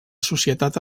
societat